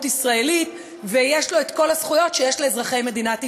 ישראלית ויש לו את כל הזכויות שיש לאזרחי מדינת ישראל.